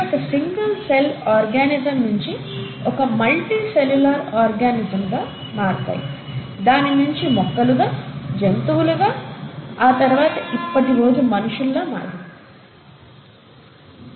అంటే ఒక single cell organism నించి ఒక మల్టీ సెల్యూలర్ ఆర్గానిజం దాని నించి మొక్కలుగా జంతువులుగా ఆ తర్వాత ఇప్పటి రోజు మనుషుల్లా మారింది